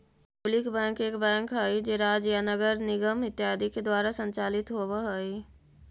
public bank एक bank हइ जे राज्य या नगर निगम इत्यादि के द्वारा संचालित होवऽ हइ